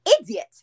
idiot